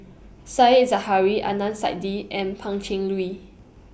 Said Zahari Adnan Saidi and Pan Cheng Lui